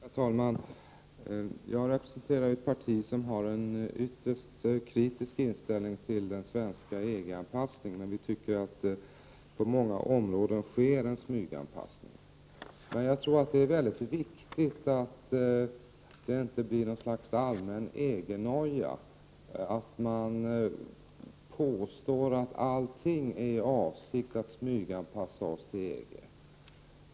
Herr talman! Jag representerar ett parti som har en ytterst kritisk inställning till den svenska EG-anpassningen. Vi tycker att på många områden sker en smyganpassning. Jag tror att det är väldigt viktigt att det inte blir något slags allmän EG-noja, att man påstår att allting är i avsikt att smyganpassa oss till EG.